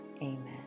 amen